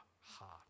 heart